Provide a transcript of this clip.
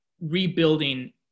rebuilding